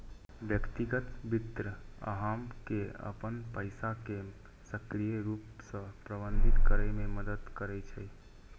व्यक्तिगत वित्त अहां के अपन पैसा कें सक्रिय रूप सं प्रबंधित करै मे मदति करै छै